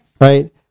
Right